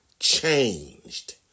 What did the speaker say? changed